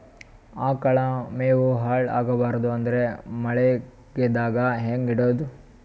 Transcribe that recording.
ಆಕಳ ಮೆವೊ ಹಾಳ ಆಗಬಾರದು ಅಂದ್ರ ಮಳಿಗೆದಾಗ ಹೆಂಗ ಇಡೊದೊ?